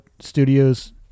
Studios